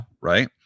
right